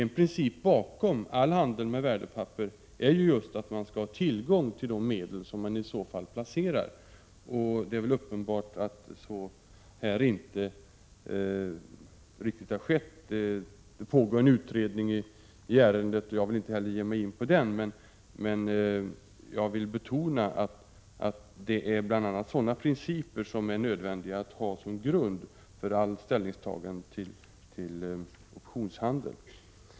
En princip bakom all handel med värdepapper är just att ” man skall ha tillgång till de medel som man placerar, ett förhållande som uppenbarligen inte riktigt har gällt i det här fallet. Det pågår en utredning av ärendet, och jag vill inte heller ge mig in på den, men jag vill betona att det är nödvändigt att ha sådana principer som jag nämnt som grund för all optionshandel.